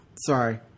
Sorry